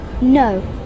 No